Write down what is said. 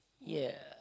ya